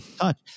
touch